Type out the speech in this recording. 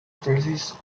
proceeded